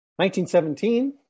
1917